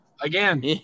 Again